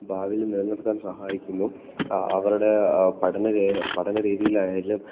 ഭാവിയിൽ നിലനിർത്താൻ സഹായിക്കുന്നു അവരുടെ പഠന രേ പഠന രീതിയിൽ ആയാലും